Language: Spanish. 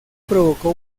provocó